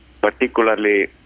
particularly